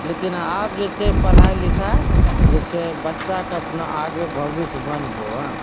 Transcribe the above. लेकिन आब जे छै पढ़ाइ लिखाइ जे छै बच्चाके अपना आगे भबिष्य बनबो एँ